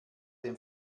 dem